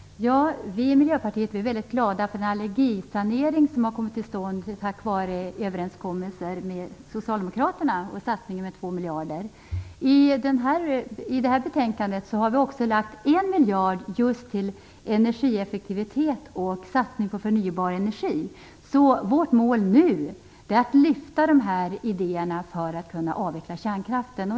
Fru talman! Vi i Miljöpartiet är väldigt glada över den satsning på elallergisanering med 2 miljarder som har kommit till stånd tack vare överenskommelser med Socialdemokraterna. I det här betänkandet har vi föreslagit att man lägger 1 miljard på energieffektivitet och satsning på förnybar energi. Vårt mål nu är att lyfta fram de här idéerna för att vi skall kunna avveckla kärnkraften.